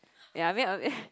ya I mean I mean